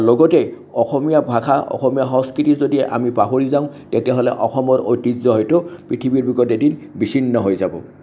আৰু লগতে অসমীয়া ভাষা অসমীয়া সংস্কৃতি আমি যদি পাহৰি যাওঁ তেতিয়াহ'লে অসমৰ ঐতিহ্য হয়তো পৃথিৱীৰ ৰোগত এদিন বিছিন্ন হৈ যাব